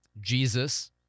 Jesus